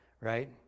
right